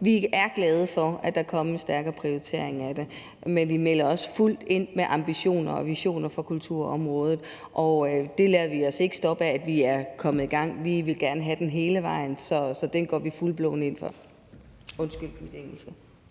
Vi er glade for, at der er kommet en stærkere prioritering af det, men vi melder også fuldt ind med ambitioner og visioner for kulturområdet, og vi lader os ikke stoppe af, at vi er kommet i gang. Vi vil gerne have den hele vejen, så den går vi full-blown ind for – undskyld mit engelske,